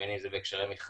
בין אם זה בהקשרי מכרזים,